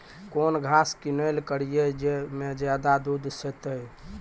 कौन घास किनैल करिए ज मे ज्यादा दूध सेते?